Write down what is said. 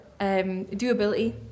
Doability